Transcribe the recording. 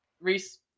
Reese